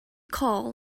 call